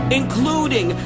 including